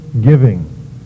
giving